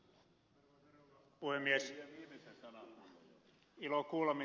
ilo kuulla miten ed